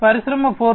కాబట్టి పరిశ్రమ 4